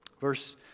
Verse